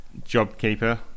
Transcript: JobKeeper